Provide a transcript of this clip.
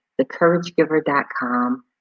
thecouragegiver.com